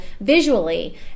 visually